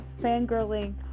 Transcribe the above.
fangirling